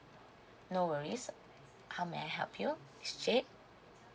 no worries how may I help you miss jade